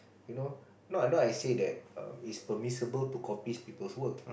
you know not I not I say that err it's permissible to copy people's work